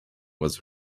was